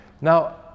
Now